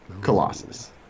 Colossus